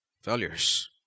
Failures